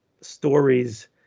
stories